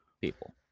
people